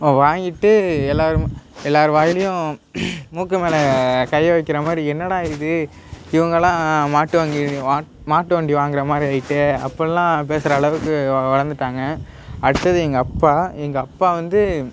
வாங்கிட்டு எல்லோரும் எல்லாரு வாயிலேயும் மூக்குமேல் கையை வைக்கிற மாதிரி என்னடா இது இவங்களாம் மாட்டு வண்டி மாட்டு வண்டி வாங்குகிற மாதிரி ஆகிட்டே அப்டிலாம் பேசுகிற அளவுக்கு வளர்ந்துட்டாங்க அடுத்தது எங்கள் அப்பா எங்கள் அப்பா வந்து